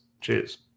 Cheers